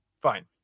fine